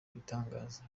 ibitangaza